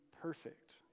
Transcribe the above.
perfect